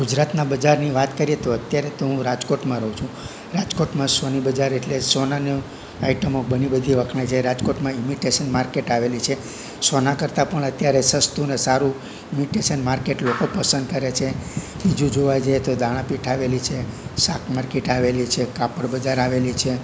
ગુજરાતનાં બજારની વાત કરીએ તો અત્યારે તો હું રાજકોટમાં રહું છું રાજકોટમાં સોની બજાર એટલે સોનાનું આઇટમો બની બધી વખણાય જે રાજકોટમાં ઇમિટેશન માર્કેટ આવેલી છે સોના કરતાં પણ અત્યારે સસ્તું ને સારું ઇમિટેશન માર્કેટ લોકો પસંદ કરે છે બીજું જોવા જઈએ તો દાણાપીઠ આવેલી છે શાક માર્કેટ આવેલી છે કાપડ બજાર આવેલી છે